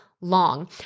long